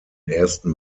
ersten